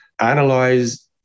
analyze